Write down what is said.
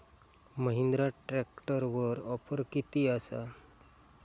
महिंद्रा ट्रॅकटरवर ऑफर किती आसा?